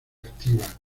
activa